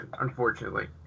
unfortunately